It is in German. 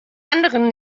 anderen